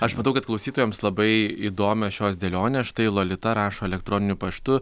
aš matau kad klausytojams labai įdomios šios dėlionės štai lolita rašo elektroniniu paštu